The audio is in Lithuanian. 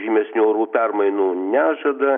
žymesnių orų permainų nežada